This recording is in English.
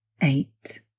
eight